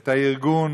את הארגון